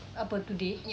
apa today